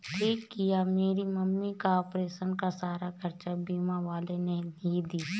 ठीक किया मेरी मम्मी का ऑपरेशन का सारा खर्चा बीमा वालों ने ही दिया